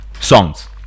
songs